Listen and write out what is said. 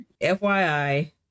FYI